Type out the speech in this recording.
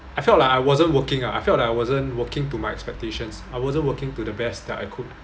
I felt like I wasn't working ah I felt I wasn't working to my expectations I wasn't working to the best that I could